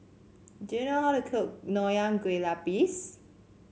do you know how to cook Nonya Kueh Lapis